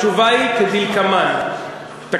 היא שאלה שאלה מאוד קונקרטית.